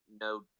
no